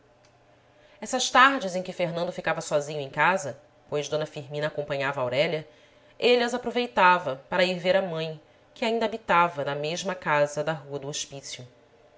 essas tardes em que fernando ficava sozinho em casa pois d firmina acompanhava aurélia ele as aproveitava para ir ver a mãe que ainda habitava na mesma casa da rua do hospício